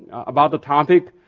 about the topic,